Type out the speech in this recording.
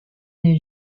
une